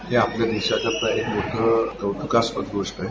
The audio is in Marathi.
हे आपल्या देशासाठी एक मोडुं कौत्कास्पद गोष्ट आहे